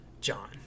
John